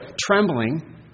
trembling